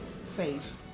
safe